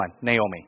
Naomi